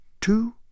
two